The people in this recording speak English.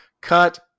Cut